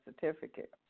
certificate